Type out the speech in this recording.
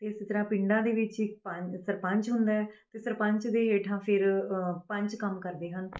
ਇਸੇ ਤਰ੍ਹਾਂ ਪਿੰਡਾਂ ਦੇ ਵਿੱਚ ਇੱਕ ਪੰਚ ਸਰਪੰਚ ਹੁੰਦਾ ਹੈ ਅਤੇ ਸਰਪੰਚ ਦੇ ਹੇਠਾਂ ਫਿਰ ਪੰਚ ਕੰਮ ਕਰਦੇ ਹਨ